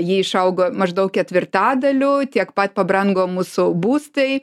ji išaugo maždaug ketvirtadaliu tiek pat pabrango mūsų būstai